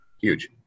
Huge